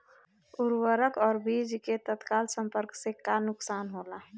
उर्वरक और बीज के तत्काल संपर्क से का नुकसान होला?